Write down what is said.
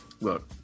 Look